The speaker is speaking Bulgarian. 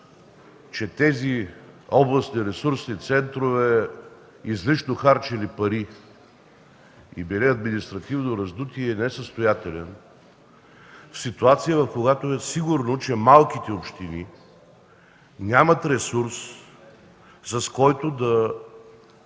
че тези областни ресурсни центрове излишно харчели пари и били административно раздути, е несъстоятелен при ситуация, когато е сигурно, че малките общини нямат ресурс, с който да